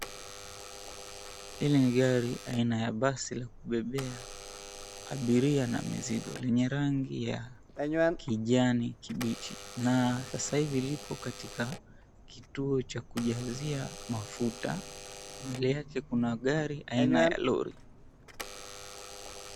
Hili ni gari aina ya basi la kubebea abiria na mizigo lenye rangi ya kijani kibichi na sasa hivi liko katika kituo cha kujazia mafuta. Mbele yake kuna gari aina ya lori.